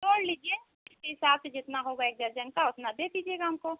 जोड़ लीजिए इस हिसाब से जितना होगा एक दर्ज़न का उतना दे दीजिएगा हमको